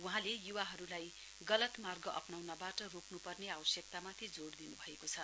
वहाँले युवाहरूलाई गलत मार्ग अप्नाउनबाट रोक्नुपर्ने आवश्यकतामाथि जोड दिनु भएको छ